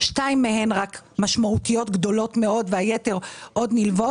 שתיים מהן משמעותיות גדולות מאוד והיתר נלוות.